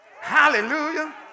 hallelujah